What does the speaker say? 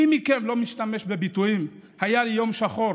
מי מכם לא משתמש בביטויים "היה יום שחור",